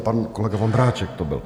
Pan kolega Vondráček to byl.